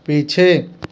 पीछे